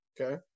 okay